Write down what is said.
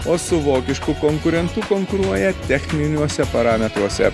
o su vokišku konkurentu konkuruoja techniniuose parametruose